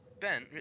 Ben